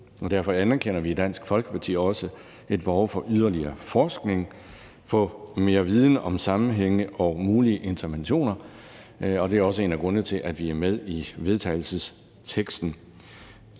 derfor anerkender vi i Dansk Folkeparti også et behov for yderligere forskning, at få mere viden om sammenhænge og mulige interventioner, og det er også en af grundene til, at vi er med i vedtagelsesteksten.